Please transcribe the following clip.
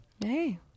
hey